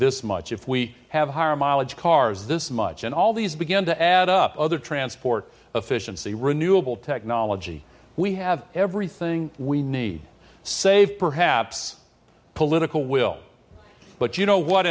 this much if we have higher mileage cars this much and all these begin to add up other transport efficiency renewable technology we have everything we need save perhaps political will but you know what